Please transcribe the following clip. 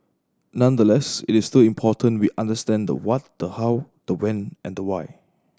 nonetheless it is still important we understand the what the how the when and the why